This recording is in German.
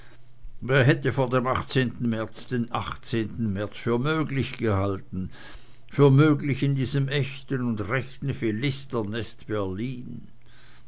wer hätte vor dem märz den märz für möglich gehalten für möglich in diesem echten und rechten philisternest berlin